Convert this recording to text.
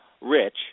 Rich